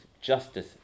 justice